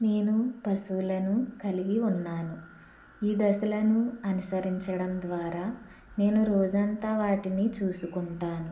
నేను పశువులను కలిగి ఉన్నాను ఈ దశలను అనుసరించడం ద్వారా నేను రోజంతా వాటిని చూసుకుంటాను